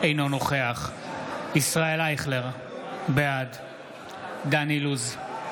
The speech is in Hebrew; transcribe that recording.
אינו נוכח ישראל אייכלר, בעד דן אילוז,